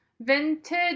vintage